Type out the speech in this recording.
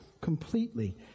completely